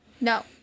No